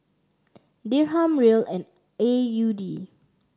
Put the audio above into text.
Dirham Riel and A U D